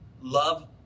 Love